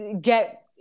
get